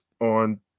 on